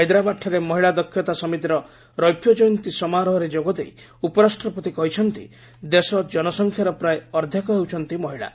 ହାଇଦ୍ରାବାଦ୍ଠାରେ ମହିଳା ଦକ୍ଷତା ସମିତିର ରୌପ୍ୟ ଜୟନ୍ତୀ ସମାରୋହରେ ଯୋଗ ଦେଇ ଉପରାଷ୍ଟ୍ରପତି କହିଛନ୍ତି ଦେଶ ଜନସଂଖ୍ୟାର ପ୍ରାୟ ଅର୍ଦ୍ଧେକ ହେଉଛନ୍ତି ମହିଳା